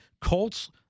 Colts –